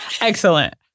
Excellent